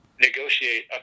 negotiate